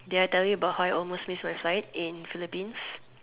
did I tell you about how I almost missed my flight in Philippines